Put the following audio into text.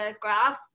graph